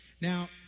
Now